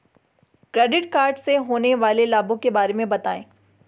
Credit card से होने वाले लाभों के बारे में बताएं?